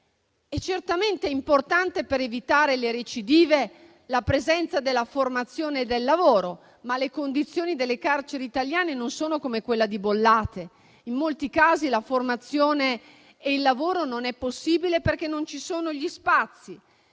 è certamente importante la presenza della formazione e del lavoro, ma le condizioni delle carceri italiane non sono come quelle di Bollate. In molti casi la formazione e il lavoro non sono possibili perché non ci sono gli spazi.